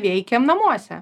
veikėm namuose